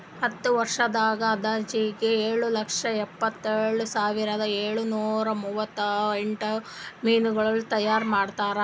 ಹತ್ತು ವರ್ಷದಾಗ್ ಅಂದಾಜಿಗೆ ಏಳು ಲಕ್ಷ ಎಪ್ಪತ್ತೇಳು ಸಾವಿರದ ಏಳು ನೂರಾ ಮೂವತ್ಮೂರು ಟನ್ ಮೀನಗೊಳ್ ತೈಯಾರ್ ಮಾಡ್ತಾರ